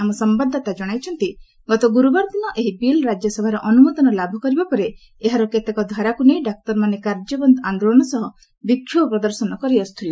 ଆମ ସମ୍ବାଦଦାତା ଜଣାଇଛନ୍ତି ଗତ ଗ୍ରର୍ବାର ଦିନ ଏହି ବିଲ୍ ରାଜ୍ୟସଭାର ଅନୁମୋଦନ ଲାଭ କରିବା ପରେ ଏହାର କେତେକ ଧାରାକ୍ ନେଇ ଡାକ୍ତରମାନେ କାର୍ଯ୍ୟବନ୍ଦ୍ ଆନ୍ଦୋଳନ ସହ ବିକ୍ଷୋଭ ପ୍ରଦର୍ଶନ କରିଆସ୍ତଥିଲେ